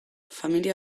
familia